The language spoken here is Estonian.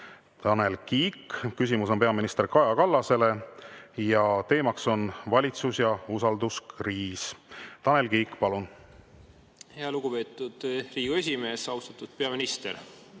Tanel Kiik, küsimus on peaminister Kaja Kallasele ja teema on valitsus- ja usalduskriis. Tanel Kiik, palun! Lugupeetud Riigikogu esimees! Austatud peaminister!